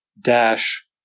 Dash